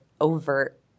overt